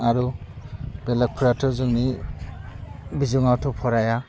आरो बेलेगफोराथ' जोंनि बिजोङावथ' फराया